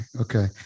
Okay